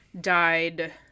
died